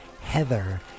Heather